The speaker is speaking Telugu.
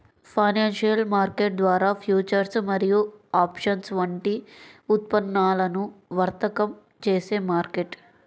ఫైనాన్షియల్ మార్కెట్ ద్వారా ఫ్యూచర్స్ మరియు ఆప్షన్స్ వంటి ఉత్పన్నాలను వర్తకం చేసే మార్కెట్